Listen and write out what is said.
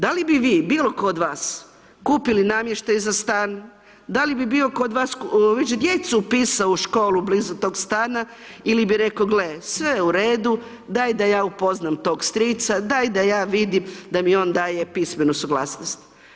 Da li bi vi, bilo tko od vas kupili namještaj za stan, da li bi bio kod vas, već djecu upisao u školu blizu tog stana ili bi rekao, gle, sve je u redu, daj da ja upoznam tog strica, daj da ja vidim da mi on daje pismenu suglasnost.